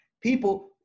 People